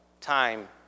time